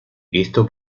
esto